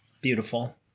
Beautiful